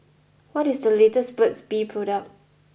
what is the latest Burt's Bee product